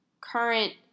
current